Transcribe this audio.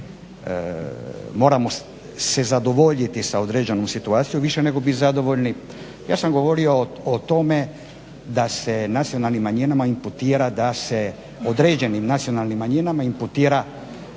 moramo se zadovoljiti sa određenom situacijom i više nego biti zadovoljni. Ja sam govorio o tome da se određenim nacionalnim manjinama inputira